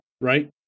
right